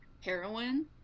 heroin